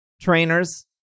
trainers